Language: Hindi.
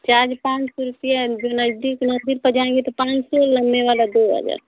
चार पाँच सौ रूपये जो नज़दीक नज़दीक पर जाएंगे तो पाँच सौ लंबे वाला दो हज़ार